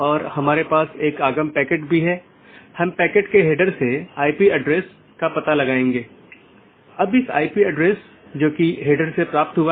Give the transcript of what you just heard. यदि हम पूरे इंटरनेट या नेटवर्क के नेटवर्क को देखते हैं तो किसी भी सूचना को आगे बढ़ाने के लिए या किसी एक सिस्टम या एक नेटवर्क से दूसरे नेटवर्क पर भेजने के लिए इसे कई नेटवर्क और ऑटॉनमस सिस्टमों से गुजरना होगा